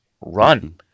run